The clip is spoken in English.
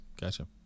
gotcha